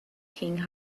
king